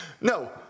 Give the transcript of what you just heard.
No